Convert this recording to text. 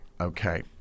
Okay